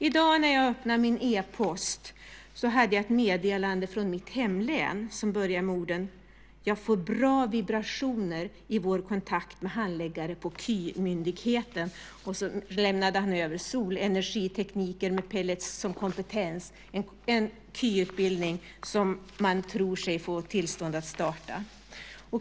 I dag när jag öppnade min e-post hade jag ett meddelande från mitt hemlän som började med orden: Jag får bra vibrationer i vår kontakt med handläggare på KY-myndigheten. Sedan berättade avsändaren om Solenergiteknik med pellets som kompetens, en kvalificerad yrkesutbildning som man tror sig få tillstånd att starta.